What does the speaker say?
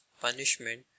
punishment